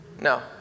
No